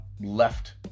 left